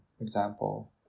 example